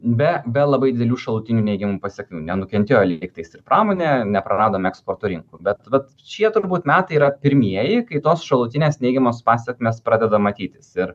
be be labai didelių šalutinių neigiamų pasekmių nenukentėjo lygtais ir pramonė nepraradome eksporto rinkų bet vat šie turbūt metai yra pirmieji kai tos šalutinės neigiamos pasekmės pradeda matytis ir